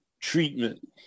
treatment